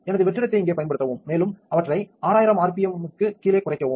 எனது வெற்றிடத்தை இங்கே பயன்படுத்தவும் மேலும் அவற்றை 6000 rpm ஈர்க்கு கீழே குறைக்கவும்